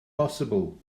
bosibl